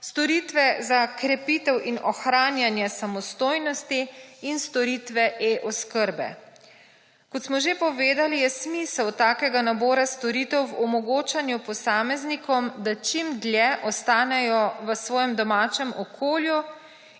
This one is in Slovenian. storitve za krepite in ohranjanje samostojnosti in storitve e-oskrbe. Kot smo že povedali je smisel takega nabora storitev v omogočanju posameznikom, da čim dlje ostanejo v svojem domačem okoljem